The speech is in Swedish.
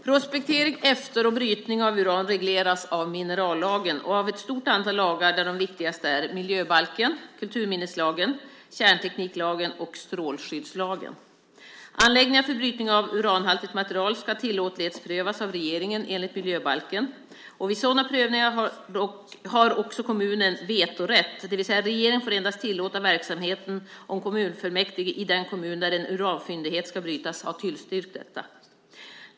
Prospektering efter och brytning av uran regleras av minerallagen och av ett stort antal andra lagar där de viktigaste är miljöbalken, kulturminneslagen, kärntekniklagen och strålskyddslagen. Anläggningar för brytning av uranhaltigt material ska tillåtlighetsprövas av regeringen enligt miljöbalken. Vid sådana prövningar har också kommunen vetorätt, det vill säga att regeringen endast får tillåta verksamheten om kommunfullmäktige i den kommun där en uranfyndighet ska brytas har tillstyrkt detta.